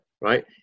right